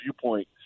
viewpoint